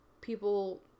people